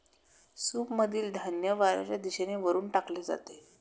सूपमधील धान्य वाऱ्याच्या दिशेने वरून टाकले जाते